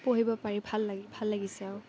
পঢ়িব পাৰি ভাল লাগে ভাল লাগিছে আৰু